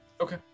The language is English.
Okay